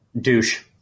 Douche